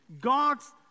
God's